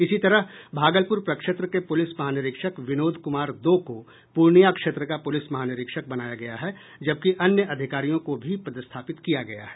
इसी तरह भागलपुर प्रक्षेत्र के पुलिस महानिरीक्षक विनोद कुमार दो को पूर्णिया क्षेत्र का पुलिस महानिरीक्षक बनाया गया है जबकि अन्य अधिकारियों को भी पदस्थापित किया गया है